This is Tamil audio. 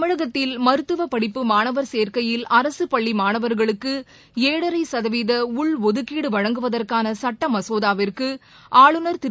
தமிழகத்தில் மருத்துவ படிப்பு மாணவர் சேர்க்கையில் அரசுப்பள்ளி மாணவர்களுக்கு ஏழரை சதவீத உள்ஒதுக்கீடு வழங்குவதற்கான சுட்ட மசோதாவிற்கு ஆஞநர் திரு